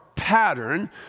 pattern